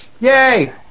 Yay